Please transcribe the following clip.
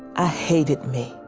ah hated me.